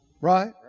Right